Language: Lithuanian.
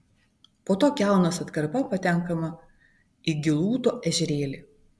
po to kiaunos atkarpa patenkama į gilūto ežerėlį